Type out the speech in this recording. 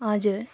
हजुर